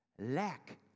Lack